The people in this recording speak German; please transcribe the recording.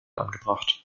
angebracht